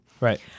right